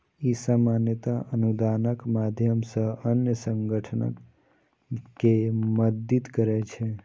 ई सामान्यतः अनुदानक माध्यम सं अन्य संगठन कें मदति करै छै